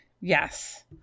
Yes